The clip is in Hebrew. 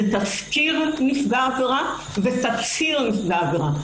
זה תסקיר נפגע עבירה ותצהיר נפגע עבירה,